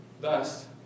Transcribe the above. Thus